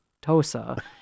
Tosa